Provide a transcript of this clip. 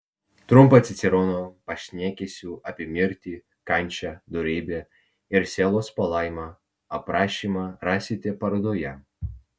trumpą cicerono pašnekesių apie mirtį kančią dorybę ir sielos palaimą aprašymą rasite parodoje